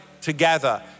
together